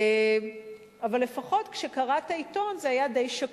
אבל לפחות כשקראת עיתון, זה היה די שקוף,